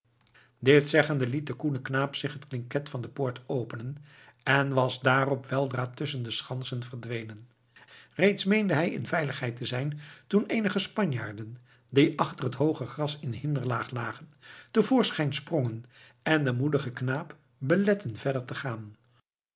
dit zeggende liet de koene knaap zich het klinket van de poort openen en was daarop weldra tusschen de schansen verdwenen reeds meende hij in veiligheid te zijn toen eenige spanjaarden die achter het hooge gras in hinderlaag lagen te voorschijn sprongen en den moedigen knaap belett'en verder te gaan